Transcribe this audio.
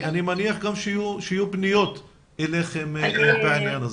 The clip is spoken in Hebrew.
מניח גם שיהיו פניות אליכם בעניין הזה.